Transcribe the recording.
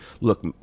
look